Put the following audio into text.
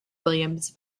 williams